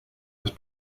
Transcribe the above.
las